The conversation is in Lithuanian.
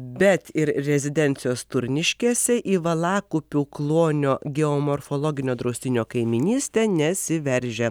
bet ir rezidencijos turniškėse į valakupių klonio geomorfologinio draustinio kaimynystę nesiveržia